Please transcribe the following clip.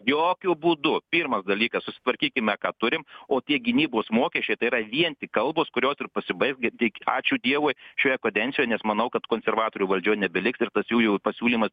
jokiu būdu pirmas dalykas susitvarkykime ką turim o tie gynybos mokesčiai tai yra vien tik kalbos kurios ir pasibaigs ger tik ačiū dievui šioje kadencijoje nes manau kad konservatorių valdžioj nebeliks ir tas jų jau pasiūlymas